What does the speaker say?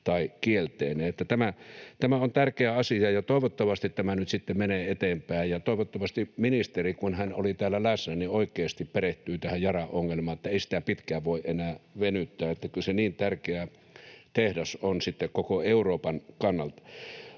tai kielteinen. Tämä on tärkeä asia, ja toivottavasti tämä nyt sitten menee eteenpäin, ja toivottavasti ministeri, kun hän oli täällä läsnä, oikeasti perehtyy tähän Yaran ongelmaan. Ei sitä pitkään voi enää venyttää, kyllä se niin tärkeä tehdas on koko Euroopan kannalta.